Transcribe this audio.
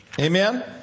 Amen